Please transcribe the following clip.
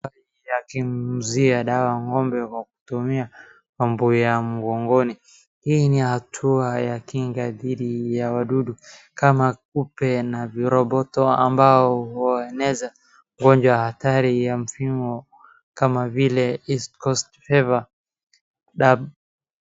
Daktari akinyunyizia dawa ng'ombe kwa kutumia pampu ya mgongoni. Hii ni hatua ya kinga dhidi ya wadudu kama kupe na viroboto ambao hueneza ugonjwa hatari ya msimu kama vile Eastcoast fever na...